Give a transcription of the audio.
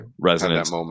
resonance